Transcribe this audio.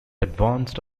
advanced